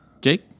Jake